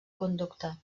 conducta